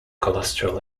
cholesterol